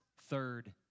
Third